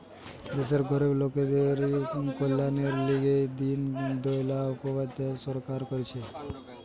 দেশের গরিব লোকদের কল্যাণের লিগে দিন দয়াল উপাধ্যায় সরকার করতিছে